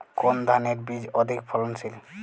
কোন ধানের বীজ অধিক ফলনশীল?